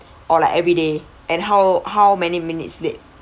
or like every day and how how many minutes late